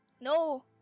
no